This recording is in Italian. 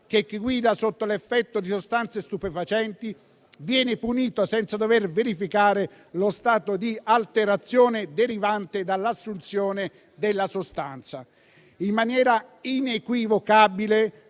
chi guida sotto l'effetto di sostanze stupefacenti viene punito senza dover verificare lo stato di alterazione derivante dall'assunzione della sostanza. Questa revisione del codice